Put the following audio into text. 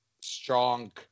strong